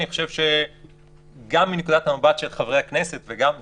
אני חושב שגם מנקודת המבט של חברי הכנסת וגם שלי,